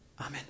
Amen